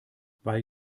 weil